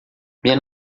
minha